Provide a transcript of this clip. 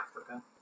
Africa